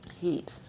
heat